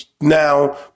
now